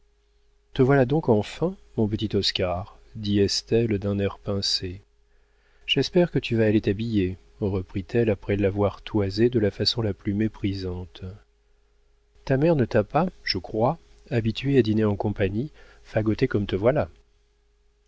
te voilà donc enfin mon petit oscar dit estelle d'un air pincé j'espère que tu vas aller t'habiller reprit-elle après l'avoir toisé de la façon la plus méprisante ta mère ne t'a pas je crois habitué à dîner en compagnie fagoté comme te voilà